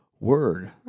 word